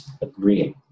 agreeing